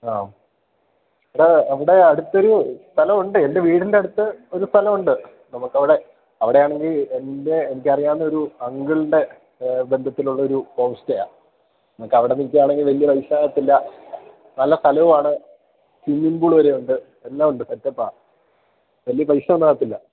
ആ എടാ അവിടെ അടുത്തൊരു സ്ഥലമുണ്ട് എൻ്റെ വീടിന്റെയടുത്ത് ഒരു സ്ഥലമുണ്ട് നമുക്കവിടെ അവിടെയാണെങ്കില് എൻ്റെ എനിക്കറിയാവുന്നൊരു അങ്കിളിൻ്റെ ബന്ധത്തിലുള്ളൊരു ഹോംസ്റ്റെയാണ് നമുക്കവിടെ നില്ക്കുകയാണെങ്കില് വലിയ പൈസയാകില്ല നല്ല സ്ഥലവുമാണ് സ്വിമ്മിംഗ് പൂള് വരെയുണ്ട് എല്ലാമുണ്ട് സെറ്റപ്പാണ് വലിയ പൈസയൊന്നുമാകില്ല